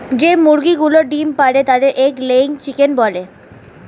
যে মুরগিগুলো ডিম পাড়ে তাদের এগ লেয়িং চিকেন বলে